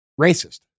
racist